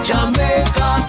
Jamaica